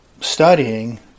studying